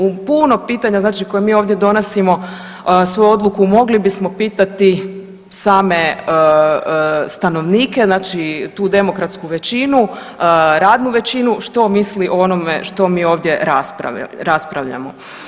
U puno pitanja znači koje mi ovdje donosimo svoju odluku mogli bismo pitati same stanovnike znači tu demokratsku većinu, radnu većinu što misli o onome što mi ovdje raspravljamo.